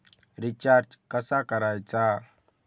Recharge कसा करायचा?